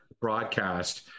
broadcast